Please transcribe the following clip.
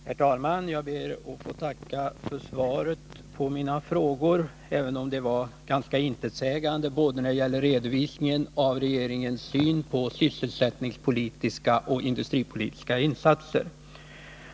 Herr talman! Jag ber att få tacka för svaret på mina frågor, även om det var ganska intetsägande när det gäller redovisningen av regeringens syn på sysselsättningspolitiska och industripolitiska insatser.